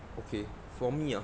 okay for me ah